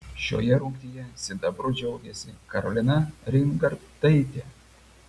šioje rungtyje sidabru džiaugėsi karolina reingardtaitė